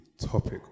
topic